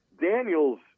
Daniel's